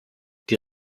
die